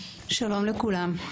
שלום לכולם.